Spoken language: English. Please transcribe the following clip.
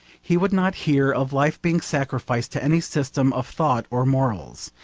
he would not hear of life being sacrificed to any system of thought or morals.